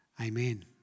Amen